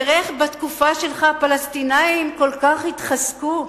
תראה איך בתקופה שלך הפלסטינים כל כך התחזקו.